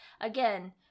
again